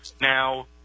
Now